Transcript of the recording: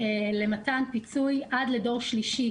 למתן פיצוי עד לדור שלישי,